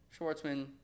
Schwartzman